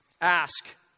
Ask